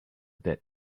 that